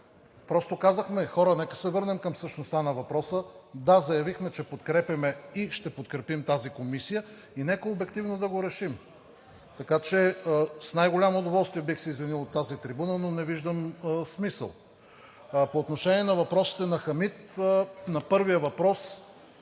Просто казахме: хора, нека се върнем към същността на въпроса! Да, заявихме, че подкрепяме и ще подкрепим тази комисия, и нека обективно да го решим. Така че с най-голямо удоволствие бих се извинил от тази трибуна, но не виждам смисъл. По отношение на въпросите на Хамид. На първия въпрос